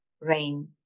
rain